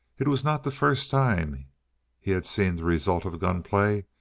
it was not the first time he had seen the result of a gunplay,